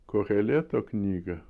koheleto knygą